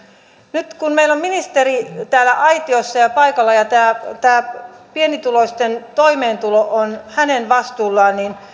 nyt kun meillä on ministeri täällä aitiossa ja paikalla ja tämä tämä pienituloisten toimeentulo on hänen vastuullaan niin